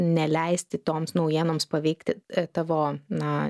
neleisti toms naujienoms paveikti tavo na